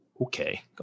Okay